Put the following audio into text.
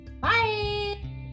Bye